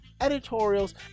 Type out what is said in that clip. editorials